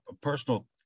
personal